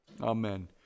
Amen